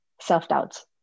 self-doubts